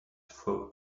for